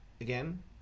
Again